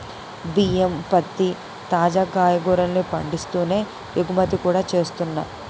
బియ్యం, పత్తి, తాజా కాయగూరల్ని పండిస్తూనే ఎగుమతి కూడా చేస్తున్నా